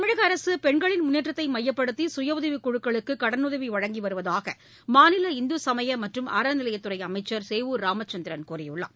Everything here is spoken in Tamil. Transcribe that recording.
தமிழக அரசு பெண்களின் முன்னேற்றத்தை மையப்படுத்தி சுயஉதவிக்குழுக்களுக்கு கடனுதவி வழங்கப்படுவதாக மாநில இந்துசமயம் மற்றும் அறநிலையத்துறை அமைச்சர் சேவூர் ராமச்சந்திரன் கூறியுள்ளார்